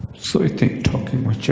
so i think talking with